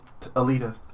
Alita